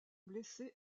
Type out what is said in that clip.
blessé